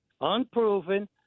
unproven